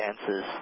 answers